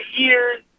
years